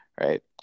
right